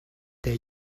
they